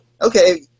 Okay